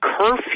curfew